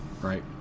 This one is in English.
right